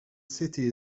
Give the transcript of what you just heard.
city